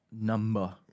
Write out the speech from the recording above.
number